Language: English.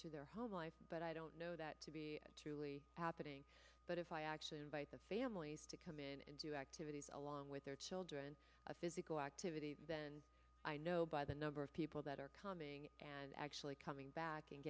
to their home life but i don't know that to be truly happening but if i actually invite the families to come in and do activities along with their children of physical activity then i know by the number of people that are coming and actually coming back and